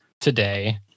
today